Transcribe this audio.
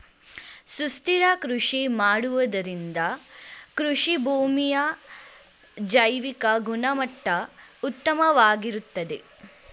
ಸುಸ್ಥಿರ ಕೃಷಿ ಮಾಡುವುದರಿಂದ ಕೃಷಿಭೂಮಿಯ ಜೈವಿಕ ಗುಣಮಟ್ಟ ಉತ್ತಮವಾಗಿರುತ್ತದೆ